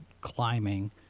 climbing